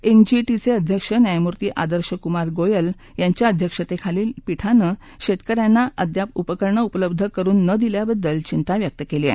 एनजीटीचे अध्यक्ष न्यायमूर्ति आदर्श कुमार गोयल यांच्या अध्यक्षत्याखालील पीठाने शेतकऱ्यांना अद्याप उपकरणे उपलब्ध करून न दिल्याबद्दल विंता व्यक्त केली आहे